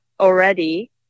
already